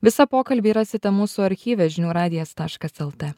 visą pokalbį rasite mūsų archyve žinių radijas taškas lt